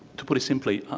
to put it simply,